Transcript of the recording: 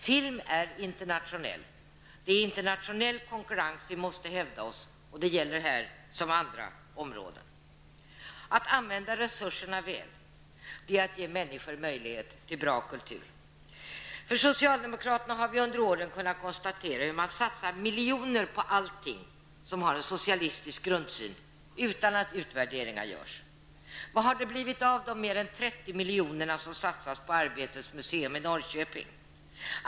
Film är internationellt, och det är i internationell konkurrens som vi måste hävda oss. Det gäller på detta område liksom på andra områden. Att använda resurserna väl är att ge människor möjlighet till bra kultur. Vi har under åren kunnat se hur socialdemokraterna satsar miljoner på allting som har en socialistisk grundsyn, utan att några utvärderingar gjorts. Vad har det blivit av de mer än 30 milj.kr. som satsas på Arbetets Museum i Norrköping?